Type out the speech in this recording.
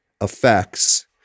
effects